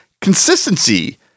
consistency